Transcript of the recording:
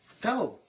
go